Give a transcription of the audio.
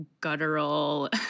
guttural